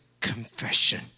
confession